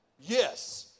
Yes